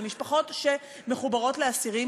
על משפחות שמחוברות לאסירים.